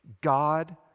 God